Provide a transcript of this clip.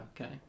okay